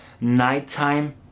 nighttime